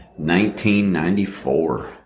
1994